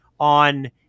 On